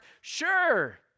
sure